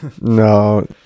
No